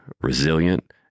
resilient